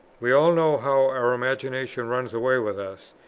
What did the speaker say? we all know how our imagination runs away with us,